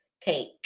cake